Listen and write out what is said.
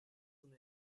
una